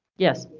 yes.